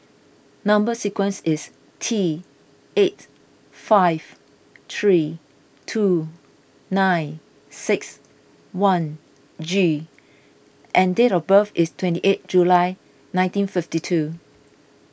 Number Sequence is T eight five three two nine six one G and date of birth is twenty eighth July nineteen fifty two